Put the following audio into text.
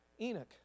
Enoch